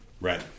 Right